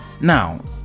Now